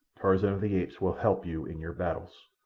tarzan of the apes will help you in your battles.